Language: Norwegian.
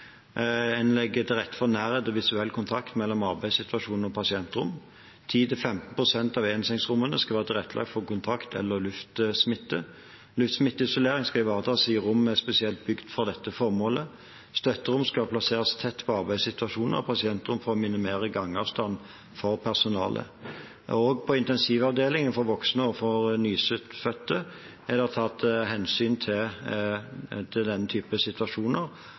legger til rette for nærhet og visuell kontakt mellom arbeidsstasjon og pasientrom. 10–15 pst. av ensengsrommene skal være tilrettelagt for kontakt- eller luftsmitte. Luftsmitteisolering skal ivaretas i rom som er spesielt bygd for dette formålet. Støtterom skal etableres tett på arbeidsstasjoner og pasientrom for å minimere gangavstand for personalet. På intensivavdelinger for voksne og for nyfødte er det tatt hensyn til denne typen situasjoner. Antallet isolater og type